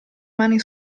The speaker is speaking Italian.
mani